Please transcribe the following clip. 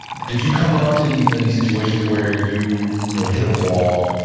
did you come up to any and any situations where you you know hit a wall,